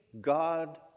God